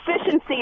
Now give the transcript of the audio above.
efficiency